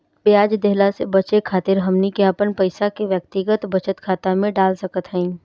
ब्याज देहला से बचे खातिर हमनी के अपन पईसा के व्यक्तिगत बचत खाता में डाल सकत हई